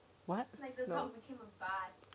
what dog